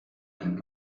and